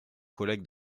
collègues